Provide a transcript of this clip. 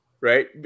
Right